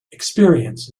experience